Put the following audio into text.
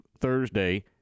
Thursday